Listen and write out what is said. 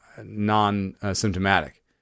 non-symptomatic